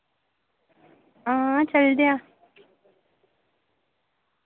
हां चलदे आं